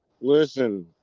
listen